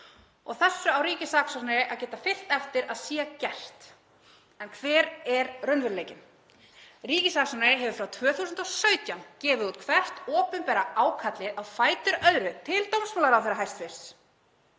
Og þessu á ríkissaksóknari að geta fylgt eftir að sé gert. En hver er raunveruleikinn? Ríkissaksóknari hefur frá 2017 gefið út hvert opinbera ákallið á fætur öðru til hæstv.